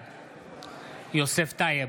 בעד יוסף טייב,